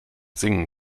singen